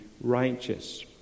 righteous